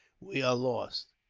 we are lost.